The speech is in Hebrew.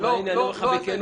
אבל אני אומר לך בכנות,